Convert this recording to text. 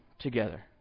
together